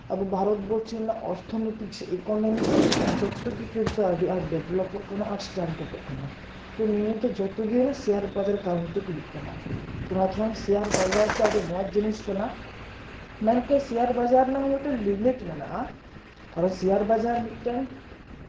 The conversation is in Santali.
ᱨᱮᱱᱟᱜ ᱚᱨᱛᱷᱚᱱᱳᱭᱛᱤᱠ ᱥᱮ ᱤᱠᱳᱱᱚᱢᱤᱠ ᱡᱚᱛᱚ ᱜᱮ ᱠᱤᱱᱛᱩ ᱟᱹᱰᱤ ᱟᱸᱴ ᱰᱮᱵᱷᱮᱞᱚᱯᱚᱜ ᱠᱟᱱᱟ ᱟᱨ ᱥᱴᱮᱱᱰᱨᱟᱰᱚᱜ ᱠᱟᱱᱟ ᱛᱚ ᱱᱤᱭᱟᱹ ᱠᱚᱫᱚ ᱡᱚᱛᱚ ᱜᱮ ᱥᱮᱭᱟᱨ ᱵᱟᱡᱟᱨ ᱠᱟᱨᱚᱱ ᱛᱮᱜᱮ ᱦᱩᱭᱩᱜ ᱠᱟᱱᱟ ᱚᱱᱟ ᱛᱮᱦᱚᱸ ᱥᱮᱭᱟᱨ ᱵᱟᱡᱟᱨ ᱫᱚ ᱟᱹᱰᱤ ᱢᱚᱡᱽ ᱡᱤᱱᱤᱥ ᱠᱟᱱᱟ ᱢᱮᱱᱠᱮᱫ ᱥᱮᱭᱟᱨ ᱵᱟᱡᱟᱨ ᱨᱮᱭᱟᱜ ᱦᱚᱸ ᱢᱤᱫᱴᱮᱱ ᱞᱤᱢᱤᱴ ᱢᱮᱱᱟᱜᱼᱟ ᱠᱟᱨᱚᱱ ᱥᱮᱭᱟᱨ ᱵᱟᱡᱟᱨ ᱢᱤᱫᱴᱮᱱ